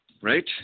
Right